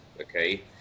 Okay